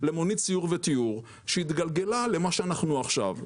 למונית סיור ותיור שהתגלגלה למה שאנחנו עכשיו.